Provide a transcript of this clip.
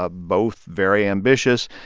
ah both very ambitious.